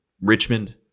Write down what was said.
Richmond